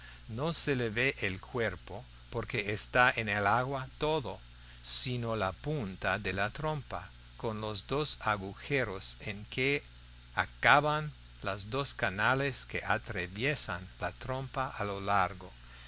no se le ve el cuerpo porque está en el agua todo sino la punta de la trompa con los dos agujeros en que acaban las dos canales que atraviesan la trompa a lo largo